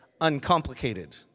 uncomplicated